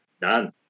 done